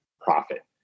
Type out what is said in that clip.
profit